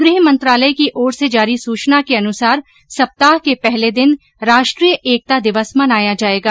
गृहमंत्रालय की ओर से जारी सूचना के अनुसार सप्ताह के सप्ताह के पहले दिन राष्ट्रीय एकता दिवस मनाया जाएगा